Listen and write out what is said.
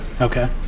Okay